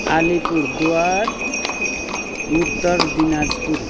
Alipurduar Uttar Dinajpur